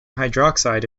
hydroxide